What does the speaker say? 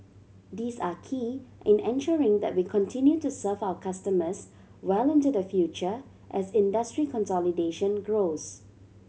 these are key in ensuring that we continue to serve our customers well into the future as industry consolidation grows